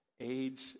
Age